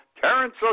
Terrence